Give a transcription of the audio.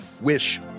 Wish